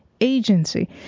agency